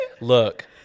Look